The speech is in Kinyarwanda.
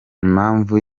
impamvu